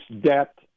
debt